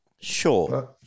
Sure